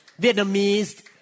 Vietnamese